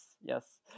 yes